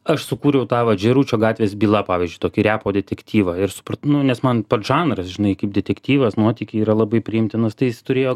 aš sukūriau tą vat žėručio gatvės byla pavyzdžiui tokį repo detektyvą ir suprat nu nes man pats žanras žinai kaip detektyvas nuotykiai yra labai priimtinas tai jisai turėjo